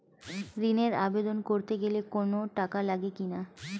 ঋণের আবেদন করতে গেলে কোন টাকা লাগে কিনা?